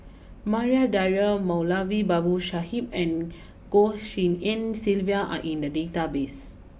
Maria Dyer Moulavi Babu Sahib and Goh Tshin En Sylvia are in the database